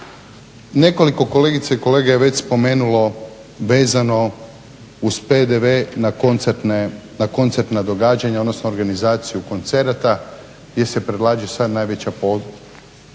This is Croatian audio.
Nekoliko kolegica i kolega je već spomenulo vezano uz PDV na koncertna događanja, odnosno organizaciju koncerata gdje se predlaže sada najveći PDV od